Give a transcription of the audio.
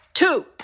two